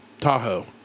Tahoe